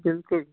بلکُل